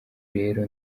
rero